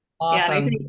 Awesome